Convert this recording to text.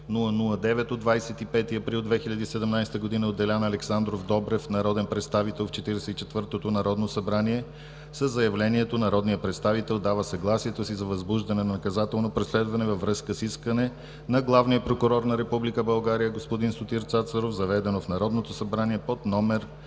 април 2017 г. от Делян Александров Добрев – народен представител в Четиридесет и четвъртото народно събрание. Със заявлението народният представител дава съгласието си за възбуждане наказателно преследване във връзка с искане на главния прокурор на Република България господин Сотир Цацаров, заведено в Народното събрание под №